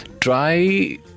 try